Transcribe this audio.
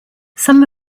some